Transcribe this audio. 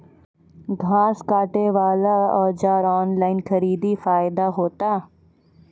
घास काटे बला औजार ऑनलाइन खरीदी फायदा होता?